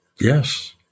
Yes